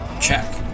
Check